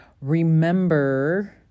remember